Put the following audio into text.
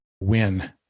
win